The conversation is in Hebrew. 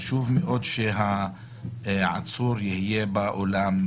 חשוב שהעצור יהיה באולם,